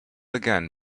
again